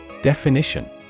Definition